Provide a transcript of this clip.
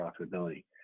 profitability